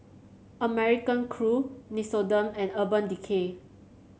American Crew Nixoderm and Urban Decay